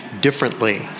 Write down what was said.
differently